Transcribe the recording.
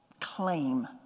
claim